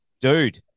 dude